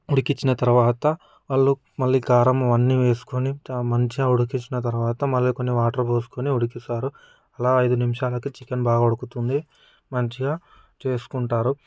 ఉడికించిన తర్వాత వాళ్ళు మళ్లీ కారం అనీ వేసుకుని మంచిగా ఉడికించిన తర్వాత మళ్లీ కొన్ని వాటర్ పోసి ఉడికిస్తారు అలా ఐదు నిమిషాలకి చికెన్ బాగా ఉడుకుతుంది మంచిగా చేసుకుంటారు